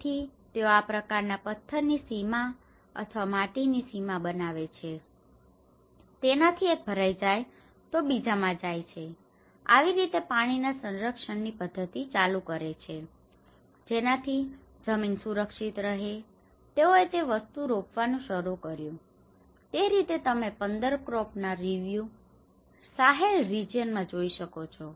તેથી તેઓ આ પ્રકાર ના પથ્થરની સીમા અથવા માટીની સીમા બનાવે છે તેનાથી એક ભરાઈ જાય તો બીજામાં જાય છે અને આવી રીતે પાણી ના સંરક્ષણ ની પદ્ધતિઓ ચાલુ કરે છે જેનાથી જમીન સુરક્ષિત રહે તેઓએ તે વસ્તુ રોપવાનું શરુ કર્યું તેથી તે રીતે તમે 15 ક્રોપ ના રીવ્યુ સાહેલ રિજિયન માં જોઈ શકો છો